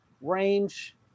range